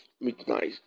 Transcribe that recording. midnight